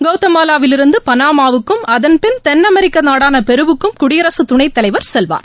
கவுதமாலாவிலிருந்து பனாமாவுக்கும் அதன்பின் தென் அமெரிக்க நாடான பெருவுக்கும் குடியரசு துணைத்தலைவர் செல்வார்